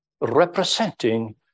representing